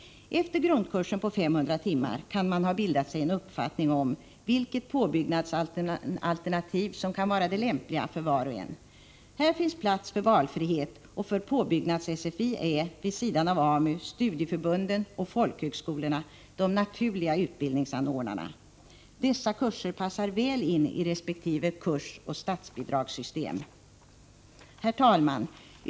Efter grundkursen på 500 timmar kan man ha bildat sig en uppfattning om vilket påbyggnadsalternativ som kan vara det mest lämpliga för var och en. Här finns plats för valfrihet. För påbyggnads-SFI är, vid sidan av AMU, studieförbunden och folkhögskolorna de naturliga utbildningsanordnarna. Dessa kurser passar väl in i resp. kursoch statsbidragssystem. Herr talman!